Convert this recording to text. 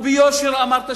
וביושר אמרת,